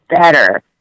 better